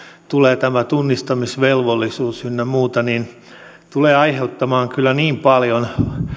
tulee tämä tunnistamisvelvollisuus ynnä muuta tulee aiheuttamaan kyllä niin paljon